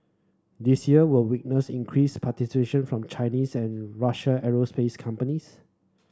this year will witness increased participation from Chinese and Russian aerospace companies